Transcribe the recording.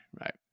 Right